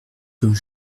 comme